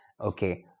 Okay